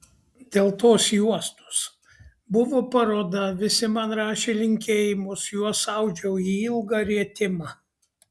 dėl tos juostos buvo paroda visi man rašė linkėjimus juos audžiau į ilgą rietimą